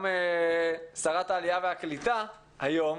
גם שרת העלייה והקליטה היום,